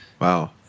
Wow